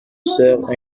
sers